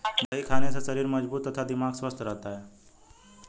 दही खाने से शरीर मजबूत तथा दिमाग स्वस्थ रहता है